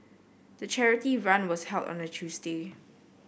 the charity run was held on a Tuesday